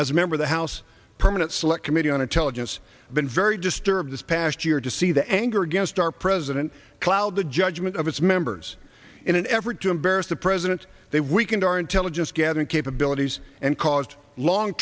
as a member of the house permanent select committee on intelligence been very disturbed this past year to see the anger against our president cloud the judgment of its members in an effort to embarrass the president they weakened our intelligence gathering capabilities and caused long